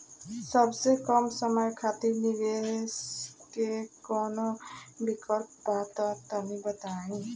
सबसे कम समय खातिर निवेश के कौनो विकल्प बा त तनि बताई?